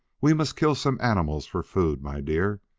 we must kill some animals for food, my dear,